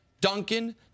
Duncan